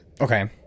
Okay